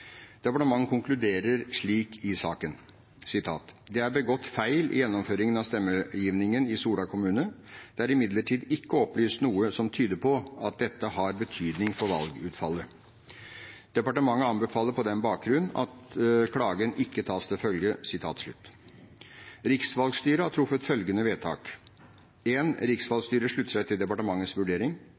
Departementet konkluderer slik i saken: «Det er begått feil i gjennomføringen av stemmegivningen i Sola kommune. Det er imidlertid ikke opplyst noe som tyder på at dette har betydning for valgutfallet. Departementet anbefaler på bakgrunn av dette at klagen ikke tas til følge.» Riksvalgstyret har truffet følgende vedtak: «1. Riksvalgstyret slutter seg til departementets vurdering.